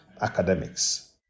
academics